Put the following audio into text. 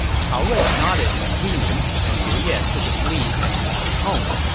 cao rui nodded in agreement, and liu ye took his leave and returned home.